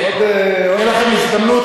תהיה לכם הזדמנות,